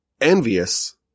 envious